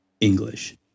English